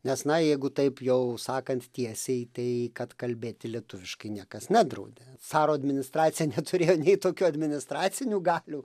nes na jeigu taip jau sakant tiesiai tai kad kalbėti lietuviškai niekas nedraudė caro administracija neturėjo nei tokių administracinių galių